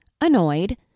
Annoyed